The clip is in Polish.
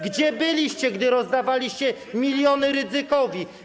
Gdzie byliście, kiedy rozdawaliście miliony Rydzykowi?